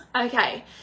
Okay